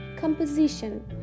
Composition